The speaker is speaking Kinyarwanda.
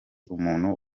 umuntu